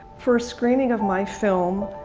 for a screening of my film,